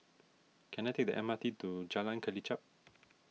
can I take the M R T to Jalan Kelichap